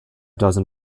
dozen